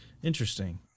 Interesting